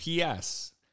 PS